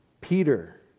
Peter